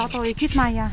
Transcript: gal palaikyt ma ją